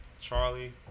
Charlie